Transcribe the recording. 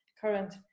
current